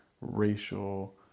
racial